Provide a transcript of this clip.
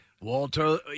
Walter